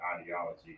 ideology